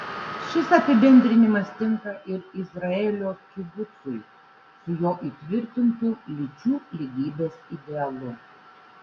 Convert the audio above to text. šis apibendrinimas tinka ir izraelio kibucui su jo įtvirtintu lyčių lygybės idealu